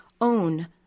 own